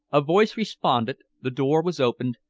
a voice responded, the door was opened,